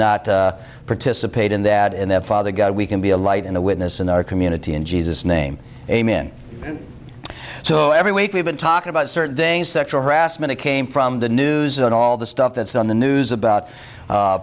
not participate in that and that father god we can be a light and a witness in our community in jesus name amen so every week we've been talking about certain things sexual harassment came from the news and all the stuff that's on the news about